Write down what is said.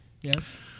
yes